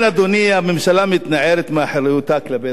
ובכן, אדוני, הממשלה מתנערת מאחריותה כלפי אזרחיה.